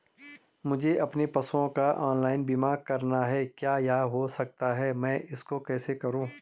मुझे अपने पशुओं का ऑनलाइन बीमा करना है क्या यह हो सकता है मैं इसको कैसे करूँ?